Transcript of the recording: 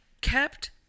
kept